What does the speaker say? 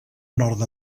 nord